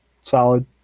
solid